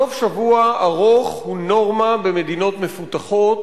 סוף שבוע ארוך הוא נורמה במדינות מפותחות,